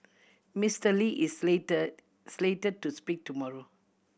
Mister Lee is slate slated to speak tomorrow